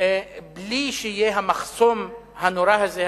בלי שיהיה המחסום הנורא הזה,